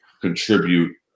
contribute